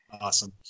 awesome